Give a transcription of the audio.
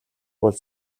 бол